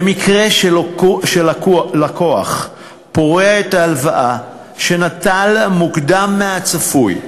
במקרה שלקוח פורע את ההלוואה שנטל מוקדם מהצפוי,